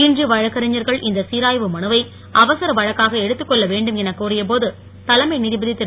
இன்று வழக்கறிஞர்கள் இந்த சிராய்வு மனுவை அவசர வழக்காக எடுத்துக் கொள்ள வேண்டும் என கோரியபோது தலைமை நீதிபதி திரு